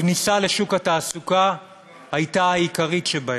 הכניסה לשוק התעסוקה הייתה העיקרית שבהם.